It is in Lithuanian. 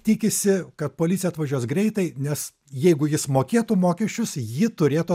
tikisi kad policija atvažiuos greitai nes jeigu jis mokėtų mokesčius ji turėtų